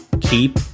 keep